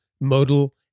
Modal